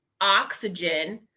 oxygen